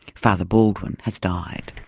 father baldwin has died.